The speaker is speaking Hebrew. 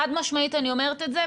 חד משמעית אני אומרת את זה.